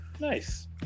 nice